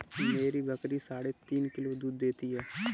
मेरी बकरी साढ़े तीन किलो दूध देती है